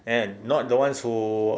and then not the ones who